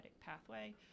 pathway